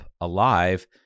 alive